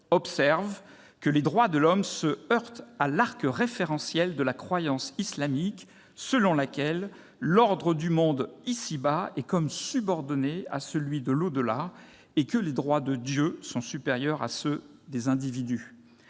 observe que les droits de l'homme se heurtent à « l'arc référentiel » de la croyance islamique, selon laquelle l'ordre du monde ici-bas est comme subordonné à celui de l'au-delà et que les droits de Dieu sont supérieurs à ceux des individus.